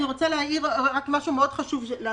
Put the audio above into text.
אני רוצה להעיר משהו חשוב לנו.